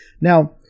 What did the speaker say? Now